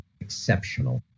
exceptional